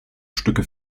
stücke